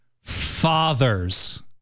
fathers